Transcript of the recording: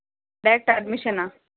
direct అడ్మిషనా